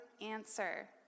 answer